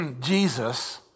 Jesus